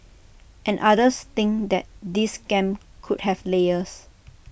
and others think that this scam could have layers